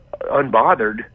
unbothered